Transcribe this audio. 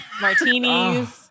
Martinis